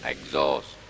Exhaust